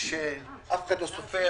שאף אחד לא סופר,